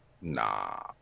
nah